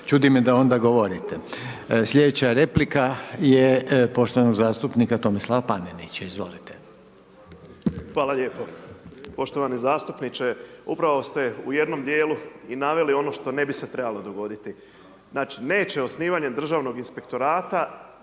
čudi me da onda govorite. Sljedeća replika je poštovanog zastupnika Tomislava Panenića, izvolite. **Panenić, Tomislav (MOST)** Hvala lijepo. Poštovani zastupniče, upravo ste u jednom dijelu i naveli ono što ne bi se trebalo dogoditi. Znači neće osnivanje Državnog inspektorata